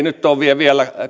nyt ole vielä